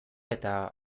eta